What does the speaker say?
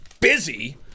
busy